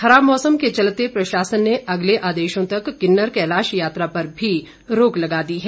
खराब मौसम के चलते प्रशासन ने अगले आदेशों तक किन्नर कैलाश यात्रा पर भी रोक लगा दी है